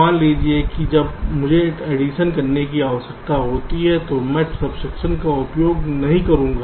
मान लीजिए जब मुझे एडिशन करने की आवश्यकता होती है तो मैं सब्ट्रैक्शन का उपयोग नहीं करूंगा